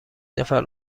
نفر